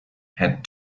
had